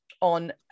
on